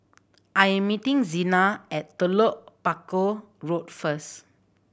I am meeting Zina at Telok Paku Road first